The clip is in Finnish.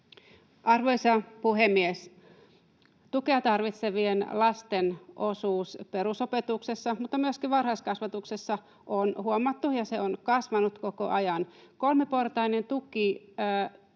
Arvoisa puhemies! Tukea tarvitsevien lasten osuus perusopetuksessa mutta myöskin varhaiskasvatuksessa on huomattu, ja se on kasvanut koko ajan. Kolmiportaisen tuen